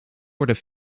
worden